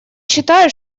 считаю